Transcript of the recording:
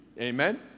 Amen